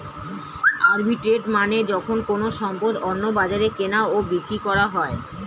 arbitrage মানে যখন কোনো সম্পদ অন্য বাজারে কেনা ও বিক্রি করা হয়